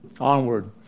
onward